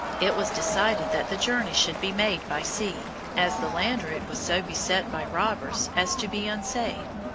it was decided that the journey should be made by sea, as the land route was so beset by robbers as to be unsafe.